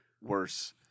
worse